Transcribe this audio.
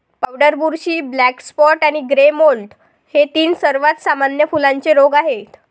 powder बुरशी, black spot आणि grey mould हे तीन सर्वात सामान्य फुलांचे रोग आहेत